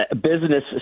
business